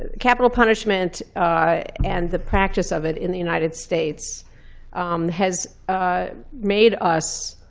capital punishment and the practice of it in the united states has made us,